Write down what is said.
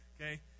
Okay